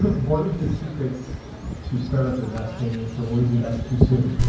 but one of the secrets to start up investing is to always invest too soon.